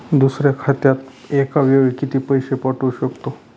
दुसऱ्या खात्यात एका वेळी किती पैसे पाठवू शकतो?